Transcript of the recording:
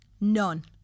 none